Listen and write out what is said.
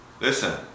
listen